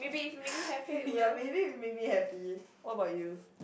ya maybe it'll make me happy what about you